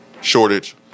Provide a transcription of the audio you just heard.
shortage